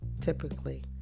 typically